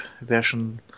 version